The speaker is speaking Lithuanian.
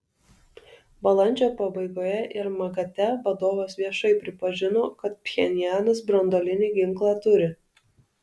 balandžio pabaigoje ir magate vadovas viešai pripažino kad pchenjanas branduolinį ginklą turi